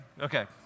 Okay